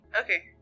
Okay